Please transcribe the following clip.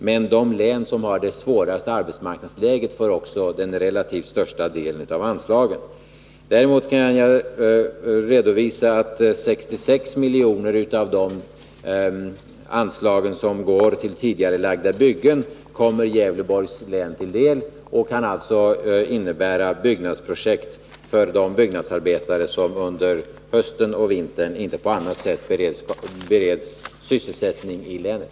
Men de län som har det svåraste arbetsmarknadsläget får också den relativt största delen av anslagen. Däremot kan jag redovisa att 66 miljoner av de anslag som går ut till tidigarelagda byggen kommer Gävleborgs län till del, och det kan alltså innebära byggnadsprojekt för de byggnadsarbetare som under hösten och vintern inte på annat sätt bereds sysselsättning i länet.